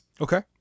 Okay